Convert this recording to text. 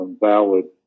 valid